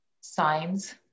signs